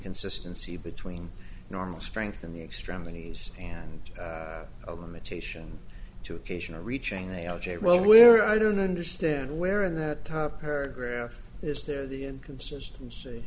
inconsistency between normal strength and the extremities and a limitation to occasional reaching they all j well where i don't understand where in the top her graph is there the inconsistency